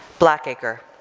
blackacre